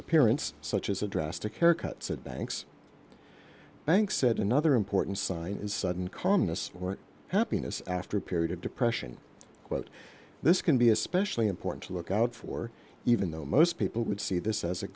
appearance such as a drastic haircut said banks banks said another important sign is sudden calmness or happiness after a period of depression quote this can be especially important to look out for even though most people would see this as a